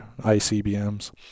ICBMs